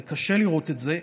קשה לראות את זה,